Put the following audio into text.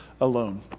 alone